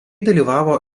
dalyvavo